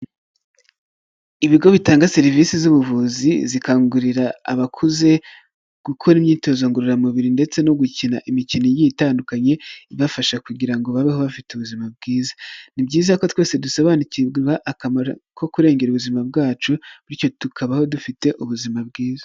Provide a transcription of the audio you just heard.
Ibigo bitanga serivisi z'ubuvuzi, zikangurira abakuze gukora imyitozo ngororamubiri ndetse no gukina imikino igiye tandukanye, ibafasha kugira ngo babeho bafite ubuzima bwiza. Ni byiza ko twese dusobanukirwa akamaro ko kurengera ubuzima bwacu bityo tukabaho dufite ubuzima bwiza